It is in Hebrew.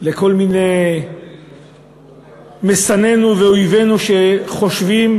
לכל מיני משנאינו ואויבינו, שחושבים